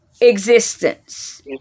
existence